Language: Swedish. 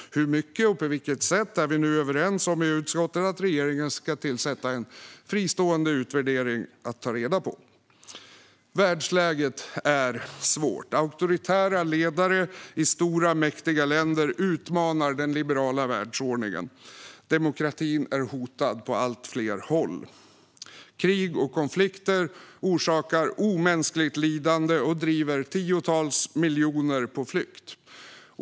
Vi är nu överens i utskottet om att regeringen ska se till att det görs en fristående utvärdering för att ta reda på hur mycket och på vilket sätt. Världsläget är svårt. Auktoritära ledare i stora mäktiga länder utmanar den liberala världsordningen. Demokratin är hotad på allt fler håll. Krig och konflikter orsakar omänskligt lidande och driver tiotals miljoner människor på flykt.